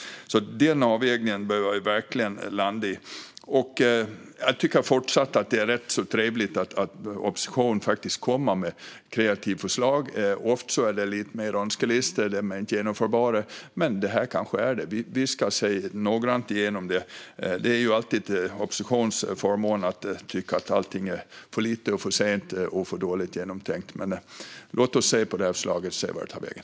Den avvägningen behöver vi verkligen landa i. Jag tycker att det är rätt så trevligt att oppositionen kommer med kreativa förslag. Ofta är det lite mer av önskelistor med förslag som inte är genomförbara, men detta kanske är det. Vi ska noggrant titta igenom det. Det är ju alltid oppositionens förmån att tycka att allting är för lite, för sent och för dåligt genomtänkt, men låt oss se på detta förslag och se vart det tar vägen.